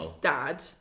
dad